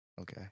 Okay